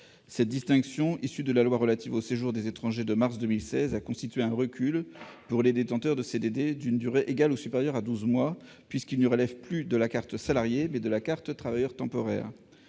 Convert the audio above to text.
Cette distinction, issue de la loi relative au droit des étrangers de mars 2016, a constitué un recul pour les détenteurs de CDD d'une durée égale ou supérieure à douze mois, puisqu'ils ne relèvent plus de la carte de séjour portant la mention